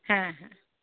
হ্যাঁ